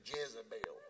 Jezebel